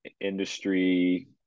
industry